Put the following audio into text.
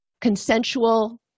consensual